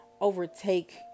overtake